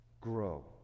grow